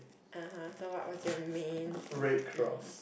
(uh huh) so what was your main c_c_a